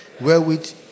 wherewith